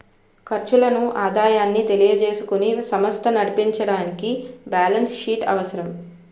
ఖర్చులను ఆదాయాన్ని తెలియజేసుకుని సమస్త నడిపించడానికి బ్యాలెన్స్ షీట్ అవసరం